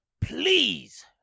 Please